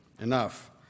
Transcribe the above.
Enough